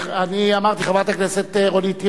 חברת הכנסת רונית תירוש,